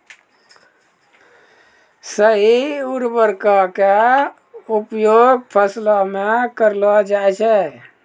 सही उर्वरको क उपयोग फसलो म करलो जाय छै